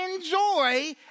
enjoy